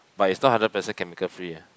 but is not hundred percent chemical free